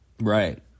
right